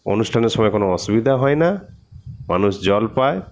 অনুষ্ঠানের সময় কোনো অসুবিধা হয় না মানুষ জল পায়